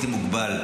מוגבל,